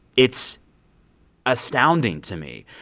it's astounding to me.